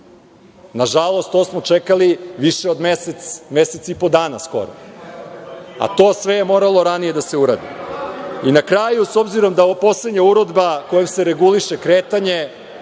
Nažalost, to smo čekali više od mesec, mesec i po dana skoro, a to sve je moralo ranije da se uradi. Na kraju, s obzirom da poslednja uredba kojom se reguliše kretanje